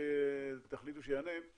תחליטו מי יענה.